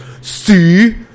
See